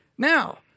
Now